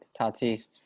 Tatis